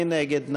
מי נגד?